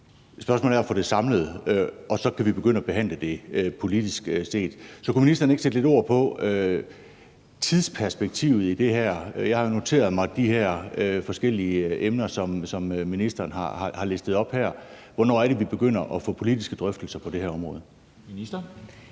Spørgsmålet er at få det samlet, og så kan vi begynde at behandle det politisk set. Så kunne ministeren ikke sætte lidt ord på tidsperspektivet i det her? Jeg har noteret mig de her forskellige emner, som ministeren har listet op her. Hvornår er det, vi begynder at få politiske drøftelser på det her område? Kl.